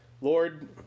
Lord